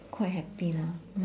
quite happy lah